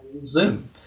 Zoom